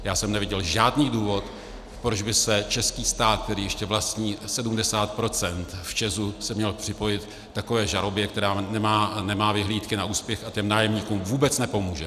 Já jsem neviděl žádný důvod, proč by se český stát, který ještě vlastní 70 % v ČEZu, měl připojit k takové žalobě, která nemá vyhlídky na úspěch a těm nájemníkům vůbec nepomůže.